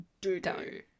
Do-do